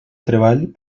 treball